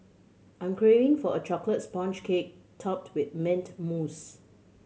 I'm craving for a chocolate sponge cake topped with mint mousse